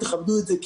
תכבדו את זה,